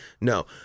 No